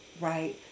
right